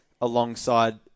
alongside